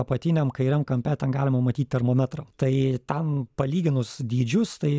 apatiniam kairiam kampe ten galima matyt termometrą tai ten palyginus dydžius tai